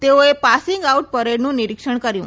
તેઓએ passing out પરેડનું નિરીક્ષણ કર્યુ